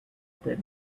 paris